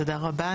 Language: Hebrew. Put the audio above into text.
תודה רבה.